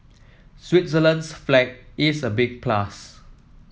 Switzerland's flag is a big plus